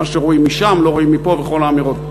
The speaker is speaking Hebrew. מה שרואים משם לא רואים מפה וכל האמירות,